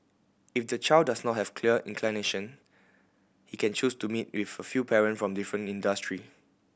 if the child does not have clear inclination he can choose to meet with a few parent from different industry